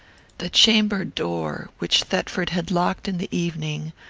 the chamber door, which thetford had locked in the evening,